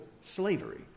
slavery